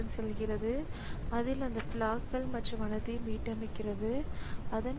எனவே இந்த இன்டர்ஃபேஸ் அனைத்தும் நிலையான இன்டர்ஃபேஸாக மாறும்